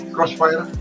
Crossfire